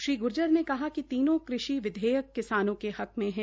श्री गूर्जर ने कहा कि तीनों कृषि विधेयक किसानों के हक में हैं